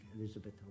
Elizabeth